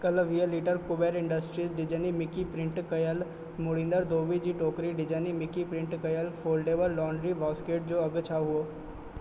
कल्ह वीह litre Kuber industries Disney Mickey print कयल मुड़ींदड धोबी जी टोकरी डिज्नी मिक्की प्रिंट कयल फोल्डेबल लॉन्ड्री बोस्केट जो अघु छा हुओ